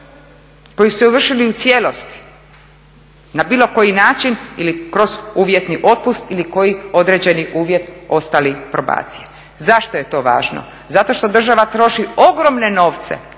koji su je izvršili u cijelosti na bilo koji način ili kroz uvjetni otpust ili koji određeni uvjet ostalih probacija. Zašto je to važno? Zato što država troši ogromne novce